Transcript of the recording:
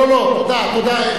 לא, לא, תודה.